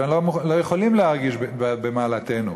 ולא יכולים להרגיש במעלתנו.